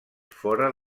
fora